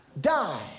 die